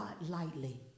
lightly